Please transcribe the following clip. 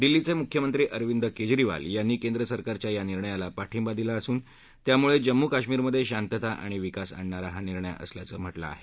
दिल्लीचे मुख्यमंत्री अरविंद केजरीवाल यांनी केंद्र सरकारच्या या निर्णयाला पाठिंबा दिला असून त्यामुळे जम्मू कश्मीरमधे शांतता आणि विकास आणणारा हा निर्णय असल्याचं म्हटलं आहे